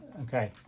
Okay